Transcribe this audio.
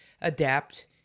adapt